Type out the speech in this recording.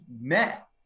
met